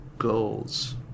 goals